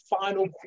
final